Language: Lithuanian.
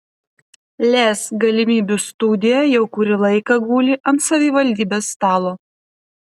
lez galimybių studija jau kurį laiką guli ant savivaldybės stalo